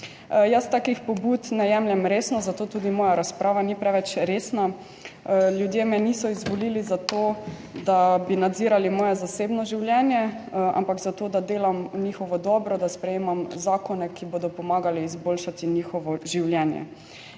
Jaz takih pobud ne jemljem resno, zato tudi moja razprava ni preveč resna. Ljudje me niso izvolili za to, da bi nadzirali moje zasebno življenje, ampak za to, da delam v njihovo dobro, da sprejemam zakone, ki bodo pomagali izboljšati njihovo življenje,